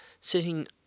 sitting